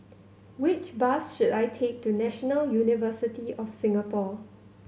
which bus should I take to National University of Singapore